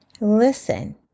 listen